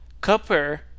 Copper